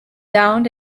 downed